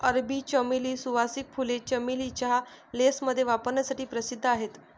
अरबी चमेली, सुवासिक फुले, चमेली चहा, लेसमध्ये वापरण्यासाठी प्रसिद्ध आहेत